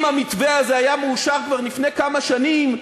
אם המתווה הזה היה מאושר כבר לפני כמה שנים,